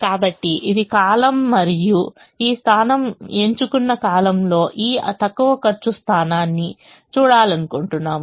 కాబట్టి ఇది కాలమ్ మరియు ఈ స్థానం ఎంచుకున్న కాలమ్లో ఈ తక్కువ ఖర్చు స్థానాన్ని చూడాలనుకుంటున్నాము